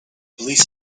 police